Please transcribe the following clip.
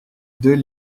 deux